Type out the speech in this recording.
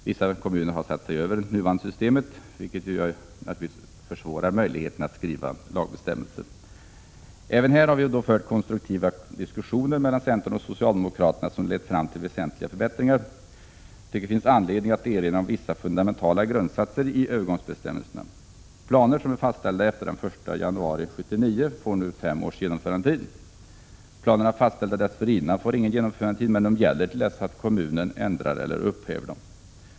Vissa kommuner har satt sig över det nuvarande systemet, vilket naturligtvis försvårar möjligheten att skriva lagbestämmelser. Även här har det förts konstruktiva diskussioner mellan centern och socialdemokraterna som lett fram till väsentliga förbättringar. Jag tycker att det finns anledning att erinrna om vissa fundamentala grundsatser i övergångsbestämmelserna: —- Planer som är fastställda efter den 1 januari 1979 får nu fem års genomförandetid. = Planer fastställda dessförinnan får ingen genomförandetid, men gäller till dess att kommunen ändrar eller upphäver dem.